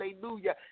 hallelujah